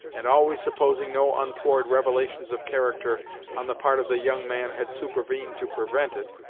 and always supposing no untoward revelations of character on the part of the young man had supervened to prevent it,